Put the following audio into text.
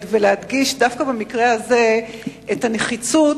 ולהדגיש דווקא במקרה הזה את הנחיצות,